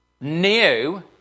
new